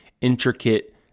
intricate